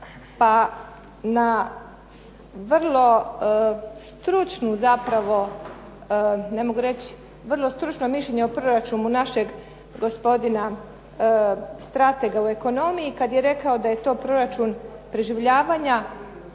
pa na vrlo stručnu zapravo, ne mogu reći vrlo stručno mišljenje o proračunu našeg gospodina stratega u ekonomiji kada je rekao da je to proračun preživljavanja,